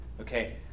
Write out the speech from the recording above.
Okay